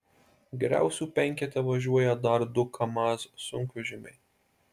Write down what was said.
geriausių penkete važiuoja dar du kamaz sunkvežimiai